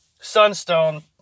Sunstone